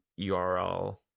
URL